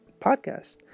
podcast